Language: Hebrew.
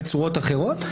בצורות אחרות,